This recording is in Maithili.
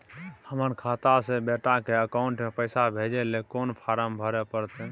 हमर खाता से बेटा के अकाउंट में पैसा भेजै ल कोन फारम भरै परतै?